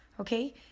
Okay